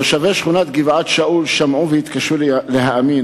תושבי שכונת גבעת-שאול שמעו והתקשו להאמין.